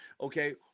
Okay